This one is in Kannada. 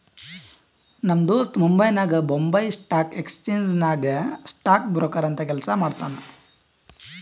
ನಮ್ ದೋಸ್ತ ಮುಂಬೈನಾಗ್ ಬೊಂಬೈ ಸ್ಟಾಕ್ ಎಕ್ಸ್ಚೇಂಜ್ ನಾಗ್ ಸ್ಟಾಕ್ ಬ್ರೋಕರ್ ಅಂತ್ ಕೆಲ್ಸಾ ಮಾಡ್ತಾನ್